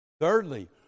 Thirdly